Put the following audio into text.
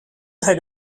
had